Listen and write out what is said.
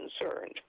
concerned